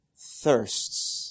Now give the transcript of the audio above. thirsts